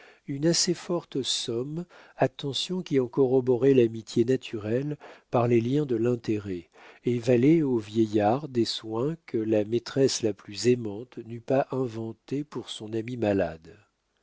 une assez forte somme attention qui en corroborait l'amitié naturelle par les liens de l'intérêt et valait au vieillard des soins que la maîtresse la plus aimante n'eût pas inventés pour son ami malade